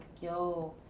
yo